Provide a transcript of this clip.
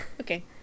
Okay